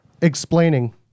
explaining